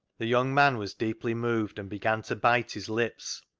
the young man was deeply moved, and began to bite his lips,